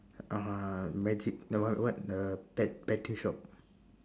uh magic no what what uh bet~ betting shop